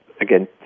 again